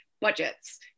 budgets